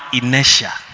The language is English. inertia